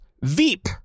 Veep